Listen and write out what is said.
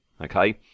okay